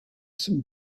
some